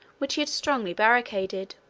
which he had strongly barricaded.